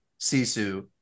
Sisu